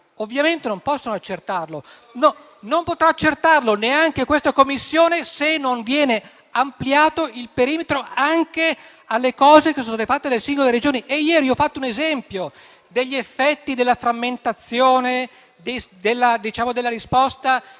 ovviamente non possono accertarlo. Non potrà accertarlo neanche questa Commissione se non viene ampliato il perimetro anche alle cose che sono state fatte dalle singole Regioni. Ieri ho fatto un esempio degli effetti della frammentazione della risposta